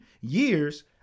years